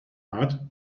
art